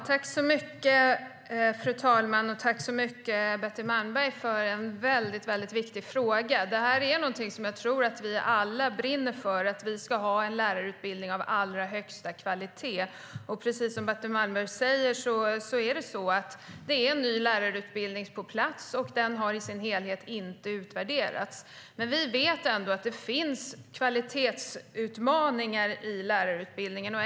Fru talman! Tack, Betty Malmberg, för en viktig fråga. Det här är något som jag tror att vi alla brinner för, nämligen att det ska finnas en lärarutbildning av allra högsta kvalitet. Precis som Betty Malmberg säger finns en ny lärarutbildning på plats. Den har i sin helhet inte utvärderats. Vi vet ändå att det finns kvalitetsutmaningar i lärarutbildningen.